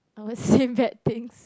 I would say bad things